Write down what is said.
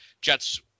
Jets